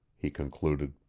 he concluded.